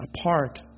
Apart